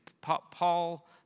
Paul